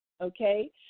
okay